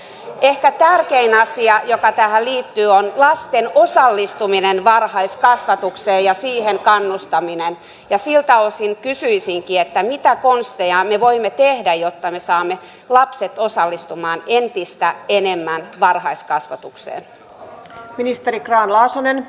ehkä tärkein asia joka tähän liittyy on lasten osallistuminen varhaiskasvatukseen ja siihen kannustaminen ja siltä osin kysyisinkin mitä konsteja me voimme tehdä jotta me saamme lapset osallistumaan entistä enemmän varhaiskasvatukseen